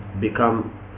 become